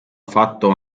fatto